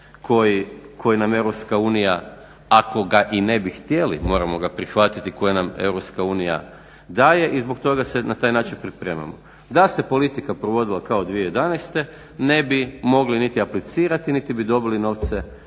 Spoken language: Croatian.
koji nam EU ako ga i ne bi htjeli moramo ga prihvatiti koja nam EU daje i zbog toga se na taj način pripremamo. Da se politika provodila kao 2011. ne bi mogli ni aplicirati niti bi dobili novce